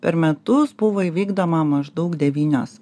per metus buvo įvykdoma maždaug devynios